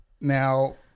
Now